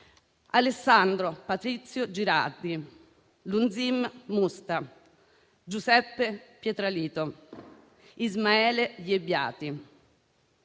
Alessandro Patrizio Girardi, Lulzim Musta, Giuseppe Pietralito, Ismaele Iebbiati,